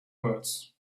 words